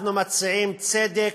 אנחנו מציעים צדק.